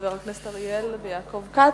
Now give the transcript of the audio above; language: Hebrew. חברי הכנסת אריאל ויעקב כץ,